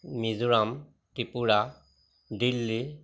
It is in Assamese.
মিজোৰাম ত্ৰিপুৰা দিল্লী